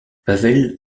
pavel